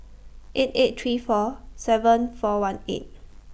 eight eight three four seven four one eight